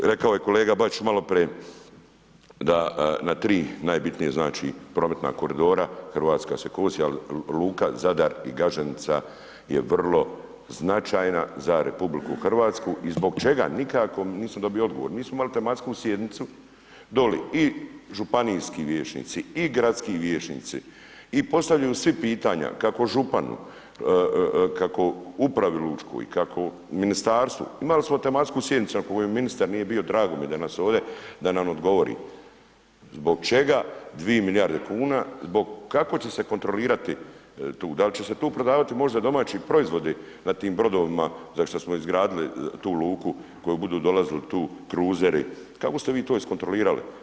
Rekao je kolega Bačić maloprije da na 3 najbitnije znači prometna koridora Hrvatska se kosi ali luka Zadar i Gaženica je vrlo značajna za RH i zbog čega nikako, nisam dobio odgovor, mi smo imali tematsku sjednicu doli, i županijski vijećnici i gradski vijećnici i postavljaju svi pitanja kako županu, kako upravi lučkoj, kako ministarstvu, imali smo tematsku sjednicu na kojoj ministar nije bio, drago mi je da je danas ovdje, da nam odgovori zbog čega 2 milijarde kuna, kako će se kontrolirati tu, dal' će se tu prodavati možda domaći proizvodi na tim brodovima za što smo izgradili tu luku u koju budu dolazili tu kruzeri, kako ste vi to iskontrolirali?